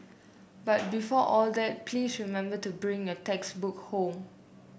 but before all that please remember to bring your textbook home